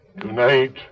Tonight